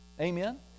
amen